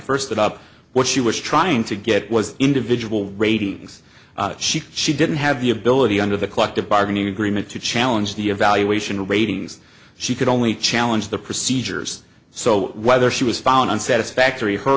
first put up what she was trying to get was individual ratings she she didn't have the ability under the collective bargaining agreement to challenge the evaluation ratings she could only challenge the procedures so whether she was found on satisfactory her